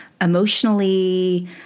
emotionally